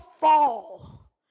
fall